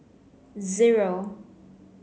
zero